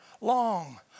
long